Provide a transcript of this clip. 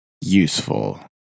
useful